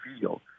feel